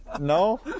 No